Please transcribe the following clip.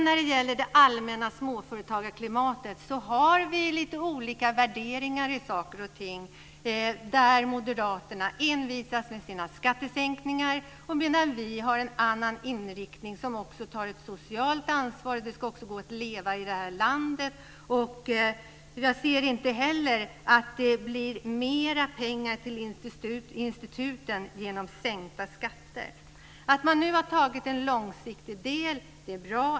När det gäller det allmänna småföretagarklimatet har vi olika värderingar om saker och ting, där moderaterna envisas med sina skattesänkningar, medan vi har en annan inriktning. Vi tar också ett socialt ansvar, det ska gå att leva i det här landet. Jag ser inte heller att det blir mera pengar till instituten genom sänkta skatter. Att man nu har antagit en långsiktig del är bra.